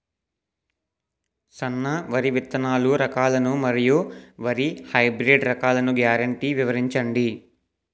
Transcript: సన్న వరి విత్తనాలు రకాలను మరియు వరి హైబ్రిడ్ రకాలను గ్యారంటీ వివరించండి?